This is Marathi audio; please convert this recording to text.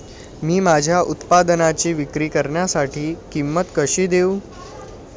मी माझ्या उत्पादनाची विक्री करण्यासाठी किंमत कशी देऊ?